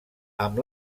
amb